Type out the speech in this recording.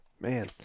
man